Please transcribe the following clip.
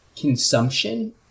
consumption